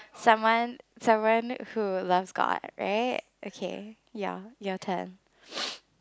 someone someone who loves god right okay ya your turn